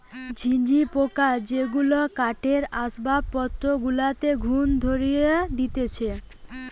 ঝিঝি পোকা যেগুলা কাঠের আসবাবপত্র গুলাতে ঘুন ধরিয়ে দিতেছে